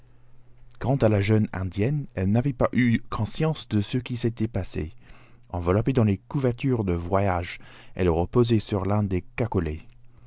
quant à la jeune indienne elle n'avait pas eu conscience de ce qui s'était passé enveloppée dans les couvertures de voyage elle reposait sur l'un des